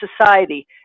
society